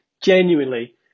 genuinely